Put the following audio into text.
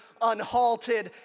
unhalted